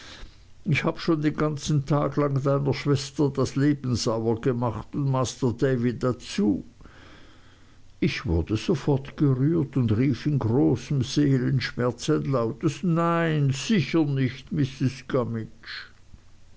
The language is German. ich habe schon den ganzen tag lang deiner schwester das leben sauer gemacht und master davy dazu ich wurde sofort gerührt und rief in großem seelenschmerz ein lautes nein sicher nicht